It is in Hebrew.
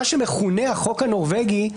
מה שמכונה "החוק הנורבגי",